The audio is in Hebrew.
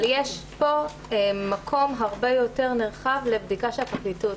יש פה מקום הרבה יותר נרחב לבדיקה של הפרקליטות.